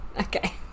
Okay